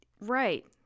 Right